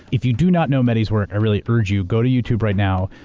if you do not know mehdi's work, i really urge you, go to youtube right now.